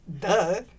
Duh